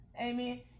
Amen